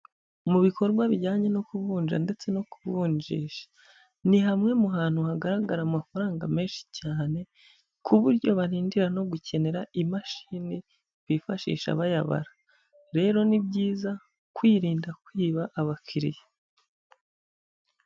Mu bikorwa bijyanye no ku kuvunja ndetse no ku kuvunjisha, ni hamwe mu hantu hagaragara amafaranga menshi cyane, ku buryo badindira no gukenera imashini bifashisha bayabara rero ni byiza kwirinda kwiba abakiriya.